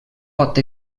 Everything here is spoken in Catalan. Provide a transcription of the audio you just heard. pot